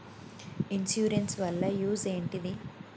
Insurance వాళ్ల use ఏంటిది?